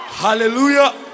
Hallelujah